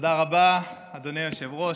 תודה רבה, אדוני היושב-ראש.